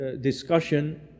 discussion